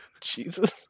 Jesus